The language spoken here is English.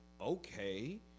okay